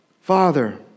Father